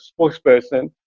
spokesperson